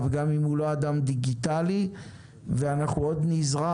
גם אם הוא לא אדם דיגיטלי ואנחנו עוד נזרע,